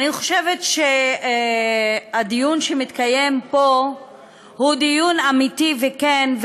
אני חושבת שהדיון שמתקיים פה הוא דיון אמיתי וכן,